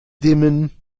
dimmen